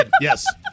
Yes